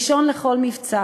ראשון לכל מבצע,